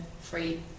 free